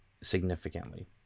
significantly